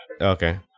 okay